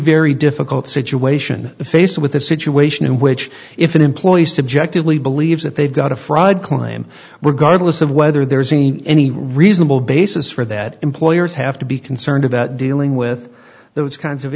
very difficult situation faced with a situation in which if an employee subjectively believes that they've got a fraud claim we're godless of whether there's any any reasonable basis for that employers have to be concerned about dealing with those kinds of